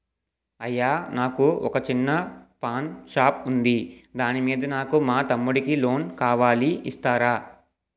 అయ్యా నాకు వొక చిన్న పాన్ షాప్ ఉంది దాని మీద నాకు మా తమ్ముడి కి లోన్ కావాలి ఇస్తారా?